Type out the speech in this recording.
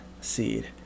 seed